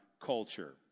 culture